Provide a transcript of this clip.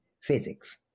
physics